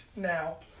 Now